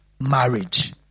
marriage